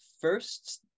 first